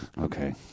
Okay